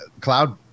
cloud